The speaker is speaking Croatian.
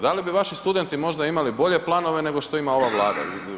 Da li bi vaši studenti možda imali bolje planove nego što ima ova Vlada.